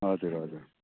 हजुर हजुर